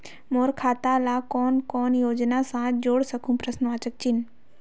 मोर खाता ला कौन कौन योजना साथ जोड़ सकहुं?